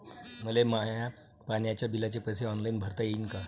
मले माया पाण्याच्या बिलाचे पैसे ऑनलाईन भरता येईन का?